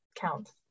counts